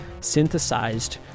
synthesized